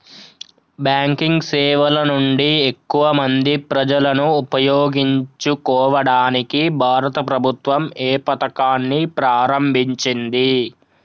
Banking సేవల నుండి ఎక్కువ మంది ప్రజలను ఉపయోగించుకోవడానికి భారత ప్రభుత్వం ఏ పథకాన్ని ప్రారంభించింది?